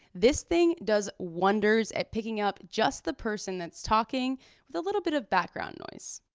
this thing does wonders at picking up just the person that's talking with a little bit of background noise.